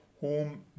home